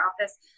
office